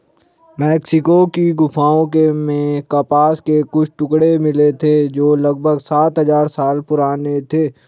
Mexico की गुफाओं में कपास के कुछ टुकड़े मिले थे जो लगभग सात हजार साल पुराने थे